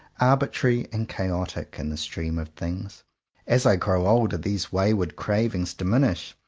arbitrary and chaotic, in the stream of things as i grow older, these wayward cravings diminish,